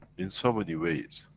in so many ways,